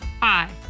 Hi